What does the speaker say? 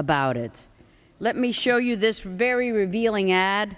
about it let me show you this very revealing ad